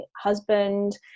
husband